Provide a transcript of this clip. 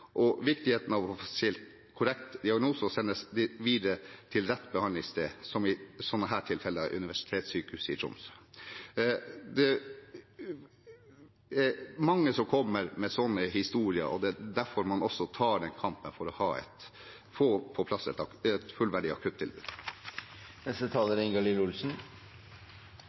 på viktigheten av å få stilt korrekt diagnose og bli sendt videre til rett behandlingssted, som i slike tilfeller er Universitetssykehuset Nord-Norge i Tromsø. Det er mange som kommer med slike historier, og det er også derfor man tar kampen for å få på plass et fullverdig